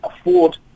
afford